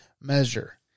measure